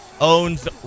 owns